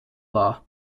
var